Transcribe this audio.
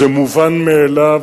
זה מובן מאליו.